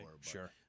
Sure